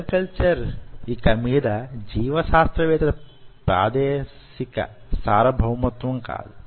cell culture యిక మీద జీవశాస్త్రవేత్తల ప్రాదేశిక సార్వభౌమత్వం కాదు